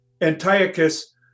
Antiochus